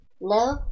No